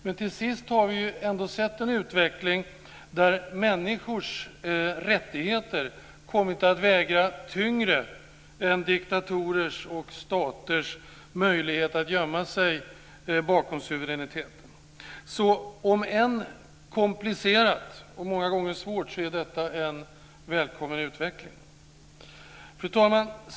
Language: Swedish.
Men till sist har vi ändå sett en utveckling där människors rättigheter kommit att väga tyngre än diktatorers och staters möjlighet att gömma sig bakom suveräniteten. Om än komplicerat och många gånger svårt är detta en välkommen utveckling. Fru talman!